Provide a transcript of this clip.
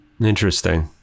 Interesting